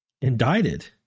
indicted